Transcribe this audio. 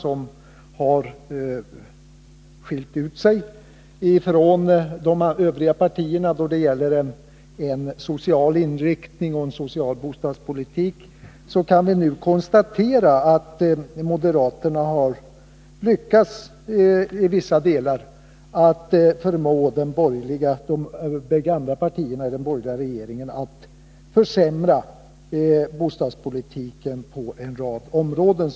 De har skilt sig från de övriga partierna när det gäller den sociala inriktningen på bostadspolitiken. Nu kan vi konstatera att moderaterna i vissa delar lyckats förmå de bägge andra partierna i den borgerliga regeringen att försämra bostadspolitiken på en rad områden.